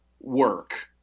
work